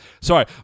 Sorry